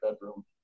bedroom